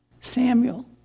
Samuel